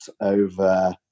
over